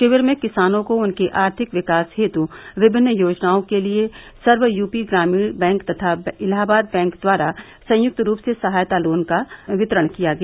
शिविर में किसानों को उनके आर्थिक विकास हेतु विभिन्न योजनाओं के लिये सर्व यूपी ग्रामीण बैंक तथा इलाहाबाद बैंक द्वारा सँयुक्त रूप से सहायता लोन का वितरण किया गया